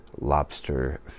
lobster